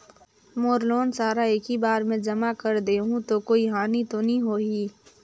मोर loan सारा एकी बार मे जमा कर देहु तो कोई हानि तो नी होही?